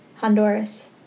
Honduras